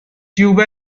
tuba